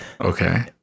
Okay